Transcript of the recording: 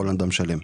רולנד עם שלם,